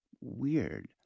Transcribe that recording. weird